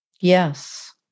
Yes